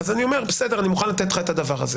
לא רואה איפה זה פוגע